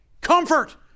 Comfort